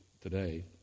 Today